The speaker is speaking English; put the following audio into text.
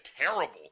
terrible